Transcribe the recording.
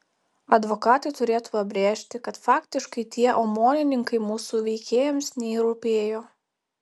advokatai turėtų pabrėžti kad faktiškai tie omonininkai mūsų veikėjams nei rūpėjo